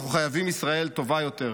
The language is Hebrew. אנחנו חייבים ישראל טובה יותר.